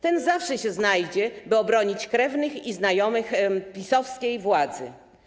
Ten zawsze się znajdzie, by obronić krewnych i znajomych PiS-owskiej władzy.